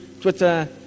Twitter